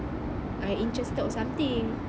I interested or something